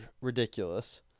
ridiculous